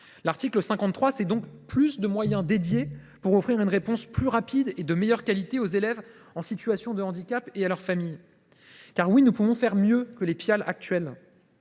l’article 53, nous augmentons les moyens dédiés pour offrir une réponse plus rapide et de meilleure qualité aux élèves en situation de handicap et à leurs familles. Car oui, nous pouvons faire mieux que les Pial actuels.